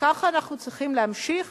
וככה אנחנו צריכים להמשיך.